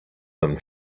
them